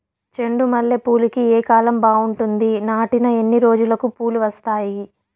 చెండు మల్లె పూలుకి ఏ కాలం బావుంటుంది? నాటిన ఎన్ని రోజులకు పూలు వస్తాయి?